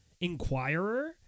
Inquirer